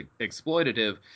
exploitative